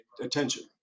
attention